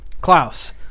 Klaus